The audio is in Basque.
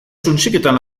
suntsiketan